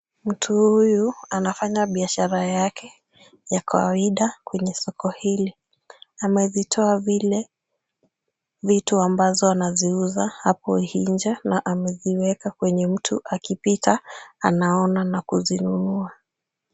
Mtu huyu anafanya biashara yake ya kawaida kwenye soko hili. Amezitoa vile vitu ambazo anaziuza hapo nje na ameziweka kwenye mtu akipita anaona na kuzinunua.